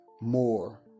more